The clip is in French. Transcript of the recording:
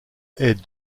est